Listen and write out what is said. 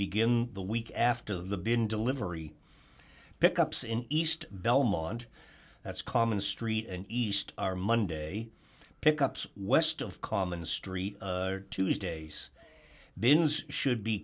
begin the week after the bin delivery pick ups in east belmont that's common street and east are monday pickups west of common street or tuesdays bins should be